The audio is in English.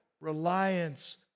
reliance